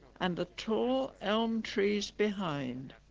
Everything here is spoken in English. and the tall elm trees behind